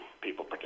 people